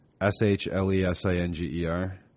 S-H-L-E-S-I-N-G-E-R